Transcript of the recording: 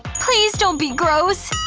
please don't be gross!